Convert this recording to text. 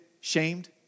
shamed